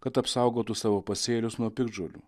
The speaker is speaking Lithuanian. kad apsaugotų savo pasėlius nuo piktžolių